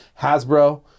Hasbro